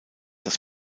das